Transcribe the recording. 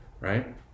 right